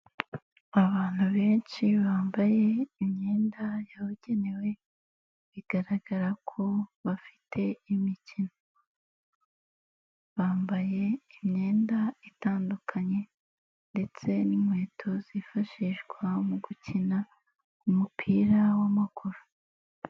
Abantu benshi bambaye imyenda yabugenewe, bigaragara ko bafite imikino, bambaye imyenda itandukanye, ndetse n'inkweto zifashishwa mu gukina umupira w'amaguru.